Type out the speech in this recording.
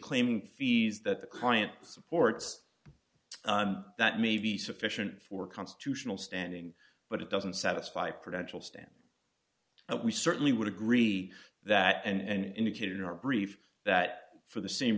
claiming fees that the client supports that may be sufficient for constitutional standing but it doesn't satisfy production stand and we certainly would agree that and indicated in our brief that for the same